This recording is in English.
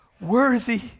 Worthy